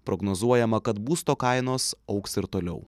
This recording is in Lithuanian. prognozuojama kad būsto kainos augs ir toliau